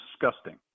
disgusting